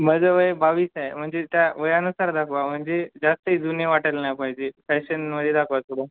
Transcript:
माझं वय बावीस आहे म्हणजे त्या वयानुसार दाखवा म्हणजे जास्त जुने वाटायला नाही पाहिजे फॅशनमध्ये दाखवा थोडं